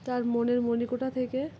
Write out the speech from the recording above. তার মনের মণিকোঠা থেকে